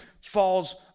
falls